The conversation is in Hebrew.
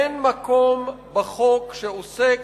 אין מקום בחוק שעוסק